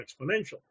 exponential